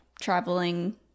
traveling